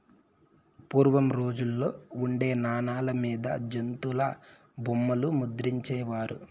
పూర్వం రోజుల్లో ఉండే నాణాల మీద జంతుల బొమ్మలు ముద్రించే వారు